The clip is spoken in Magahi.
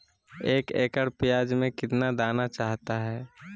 एक एकड़ प्याज में कितना दाना चाहता है?